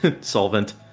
Solvent